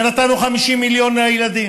ונתנו 50 מיליון לילדים.